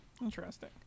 Interesting